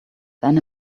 then